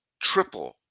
triple